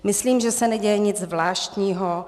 Myslím, že se neděje nic zvláštního.